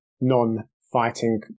non-fighting